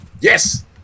Yes